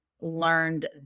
learned